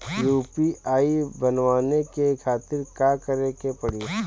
UPI बनावे के खातिर का करे के पड़ी?